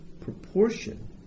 proportion